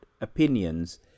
opinions